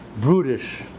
brutish